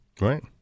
Right